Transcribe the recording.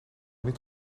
niet